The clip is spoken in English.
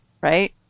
right